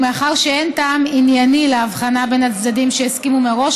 ומאחר שאין טעם ענייני להבחנה בין צדדים שהסכימו מראש